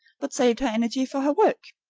but saved her energy for her work.